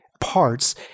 parts